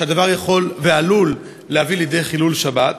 שהדבר עלול להביא לידי חילול שבת.